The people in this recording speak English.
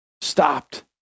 stopped